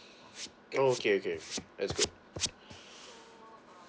okay okay that's good